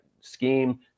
scheme